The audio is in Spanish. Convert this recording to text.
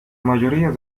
mayoría